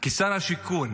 כשר השיכון: